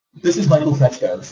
this is michael fetchko.